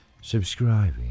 subscribing